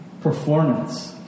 performance